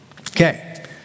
Okay